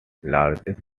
largest